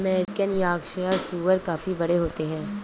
American Yorkshire सूअर काफी बड़े बड़े होते हैं